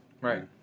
Right